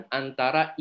antara